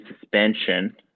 suspension